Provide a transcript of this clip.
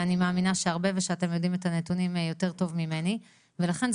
אני מאמינה שהרבה ושאתם יודעים את הנתונים יותר טוב ממני ולכן,